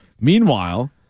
Meanwhile